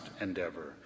endeavor